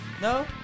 No